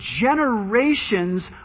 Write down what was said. generations